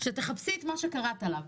שתחפשי את מה שקראת עליו.